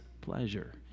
pleasure